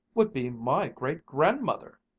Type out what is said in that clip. would be my great-grandmother!